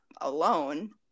alone